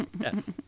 Yes